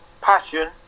passion